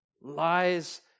lies